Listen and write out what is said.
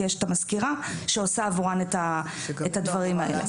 כי יש את המזכירה שעושה עבורן את הדברים האלה.